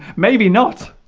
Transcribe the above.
may be not